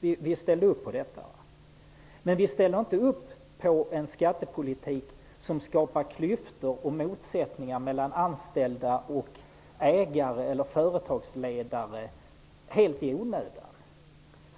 vi ställde upp på detta. Däremot ställer vi inte upp på en skattepolitik som skapar klyftor och motsättningar mellan anställda, ägare och företagsledare helt i onödan.